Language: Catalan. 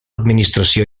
administració